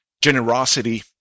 generosity